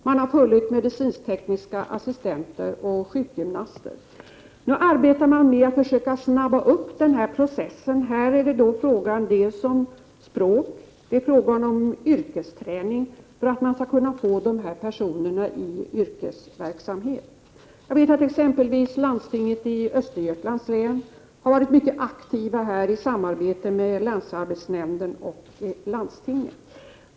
Man har också funnit medicinsk-tekniska assistenter och sjukgymnaster. Nu arbetar man med att försöka påskynda den här processen. Det handlar ju dels om språk, dels om yrkesträning för att få dessa flyktingar i yrkesverksamhet. Jag vet att man exempelvis i Östergötlands läns landsting har varit mycket aktiv i detta sammanhang och att man har samarbetat med länsarbetsnämnden och landstingen.